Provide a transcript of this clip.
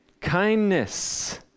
kindness